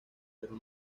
pero